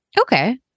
Okay